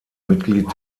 mitglied